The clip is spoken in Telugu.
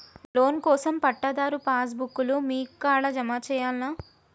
లోన్ కోసం పట్టాదారు పాస్ బుక్కు లు మీ కాడా జమ చేయల్నా?